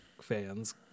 fans